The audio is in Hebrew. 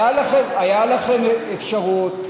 הייתה לכם אפשרות.